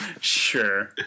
Sure